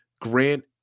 Grant